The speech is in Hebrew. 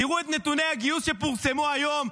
תראו את נתוני הגיוס שפורסמו היום,